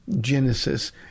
Genesis